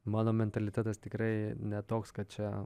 mano mentalitetas tikrai ne toks kad čia